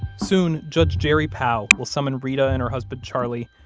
soon, judge jerry pow will summon reta and her husband charlie,